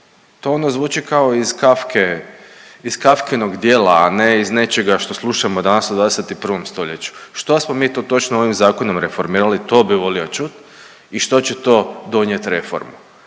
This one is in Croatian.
To onda zvuči kao iz Kafke, iz Kafkinog djela, a ne iz nečega što slušamo danas u 21. stoljeću. Što smo mi to točno ovim zakonom reformirali to bi volio čuti i što će to donijet reformu.